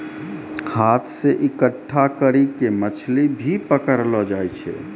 हाथ से इकट्ठा करी के मछली भी पकड़लो जाय छै